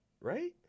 Right